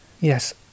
Yes